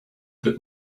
that